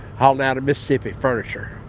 hauling out of mississippi, furniture.